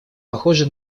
похожа